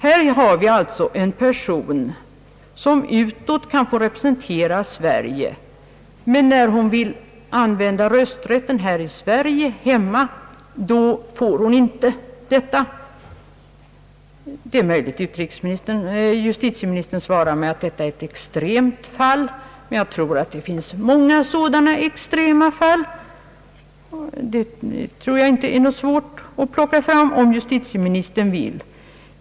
Här har vi alltså en person som utåt kan få representera Sverige. Men när hon vill använda rösträtten här hemma får hon inte detta. Det är möjligt att justitieministern svarar mig att detta är ett extremt fall, men jag tror att det finns många sådana. Det är nog inte svårt att plocka fram dem, om justitieministern vill det.